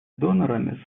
донорами